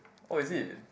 oh is it